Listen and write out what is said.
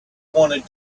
wanted